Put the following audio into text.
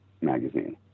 magazine